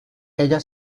ella